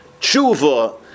tshuva